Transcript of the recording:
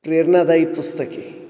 प्रेरणादायी पुस्तके